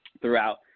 throughout